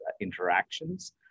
interactions